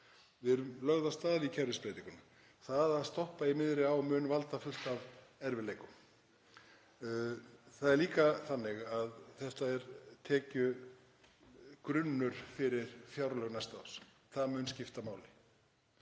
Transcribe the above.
Við erum lögð af stað í kerfisbreytingunum. Það að stoppa í miðri á mun valda fullt af erfiðleikum. Það er líka þannig að þetta er tekjugrunnur fyrir fjárlög næsta árs. Það mun skipta máli.